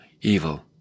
evil